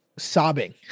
sobbing